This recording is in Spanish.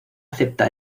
acepta